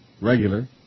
regular